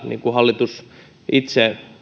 niin kuin hallitus itse